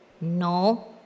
No